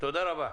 תודה רבה.